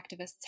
activists